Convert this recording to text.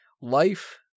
life